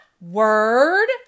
word